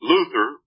Luther